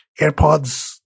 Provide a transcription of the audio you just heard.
AirPods